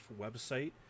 website